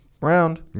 round